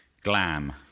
Glam